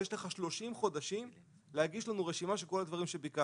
ויש לך 30 חודשים להגיש לנו רשימה של כל הדברים שביקשת.